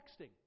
texting